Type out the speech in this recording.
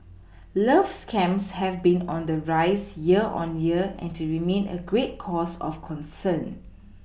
love scams have been on the rise year on year and they remain a great cause of concern